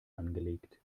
angelegt